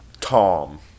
Tom